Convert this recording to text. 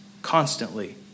constantly